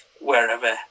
wherever